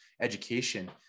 education